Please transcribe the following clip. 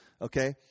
Okay